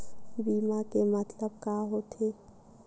बीमा के मतलब का होथे?